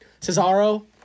Cesaro